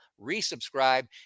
resubscribe